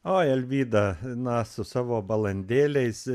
oi alvydą na su savo balandėliais